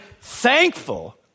thankful